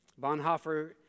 Bonhoeffer